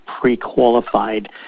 pre-qualified